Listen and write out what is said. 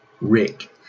Rick